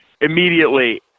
immediately